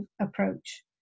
approach